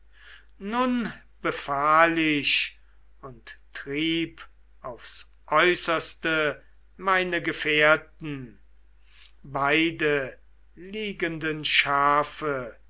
nun befahl ich und trieb aufs äußerste meine gefährten beide liegenden schafe